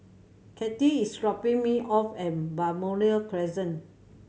Cathi is dropping me off at Balmoral Crescent